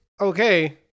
okay